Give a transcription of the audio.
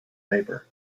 paper